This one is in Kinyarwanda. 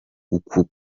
uku